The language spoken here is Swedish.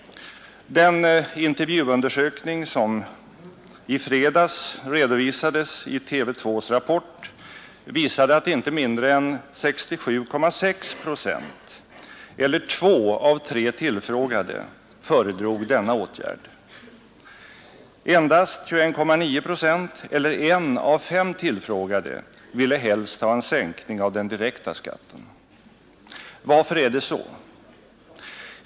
Den intervjuundersökning som i fredags redovisades i TV 2:s Rapport visade att inte mindre än 67,6 procent, eller två av tre tillfrågade, föredrog denna åtgärd. Endast 21,9 procent, eller en av fem tillfrågade, ville helst ha en sänkning av den direkta skatten. Varför är det så?